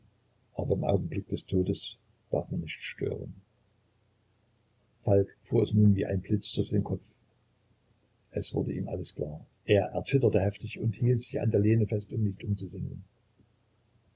aber im augenblicke des todes darf man nicht stören falk fuhr es nun wie ein blitz durch den kopf es wurde ihm alles klar er erzitterte heftig und hielt sich an der lehne fest um nicht umzusinken